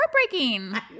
heartbreaking